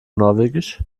norwegisch